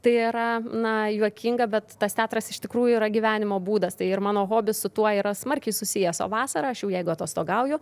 tai yra na juokinga bet tas teatras iš tikrųjų yra gyvenimo būdas tai ir mano hobis su tuo yra smarkiai susijęs o vasarą aš jau jeigu atostogauju